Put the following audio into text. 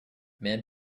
man